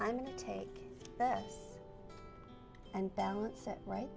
i'm going to take that and balance it right